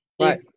right